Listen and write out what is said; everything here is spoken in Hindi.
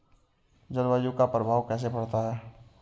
जलवायु का प्रभाव कैसे पड़ता है?